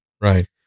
Right